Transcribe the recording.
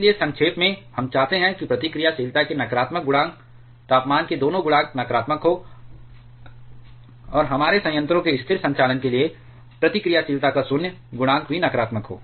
इसलिए संक्षेप में हम चाहते हैं कि प्रतिक्रियाशीलता के नकारात्मकता गुणांक तापमान के दोनों गुणांक नकारात्मक हों और हमारे संयंत्रों के स्थिर संचालन के लिए प्रतिक्रियाशीलता का शून्य गुणांक भी नकारात्मक हो